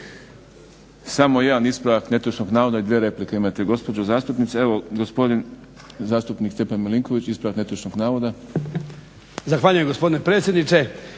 Samo jedan ispravak netočnog navoda i dvije replike imate gospođo zastupnice. Evo gospodin zastupnik Stjepan Milinković ispravak netočnog navoda. **Milinković, Stjepan